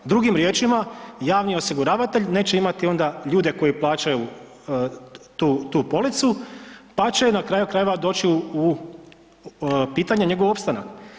Drugim riječima, javni osiguravatelj neće imati onda ljude koji plaćaju tu policu pa će na kraju krajeva, doći u pitanje njegov opstanak.